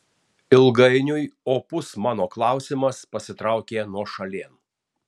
ilgainiui opus mano klausimas pasitraukė nuošalėn